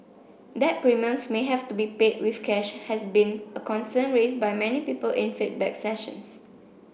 that premiums may have to be paid with cash has been a concern raised by many people in feedback sessions